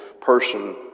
person